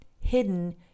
hidden